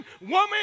woman